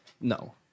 No